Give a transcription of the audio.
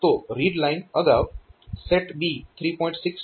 તો read line અગાઉ SETB 3